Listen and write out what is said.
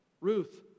Ruth